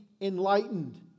enlightened